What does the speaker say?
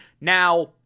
Now